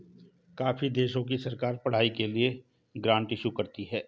काफी देशों की सरकार पढ़ाई के लिए ग्रांट इशू करती है